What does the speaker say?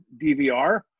DVR